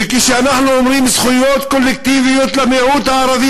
וכשאנחנו אומרים "זכויות קולקטיביות למיעוט הערבי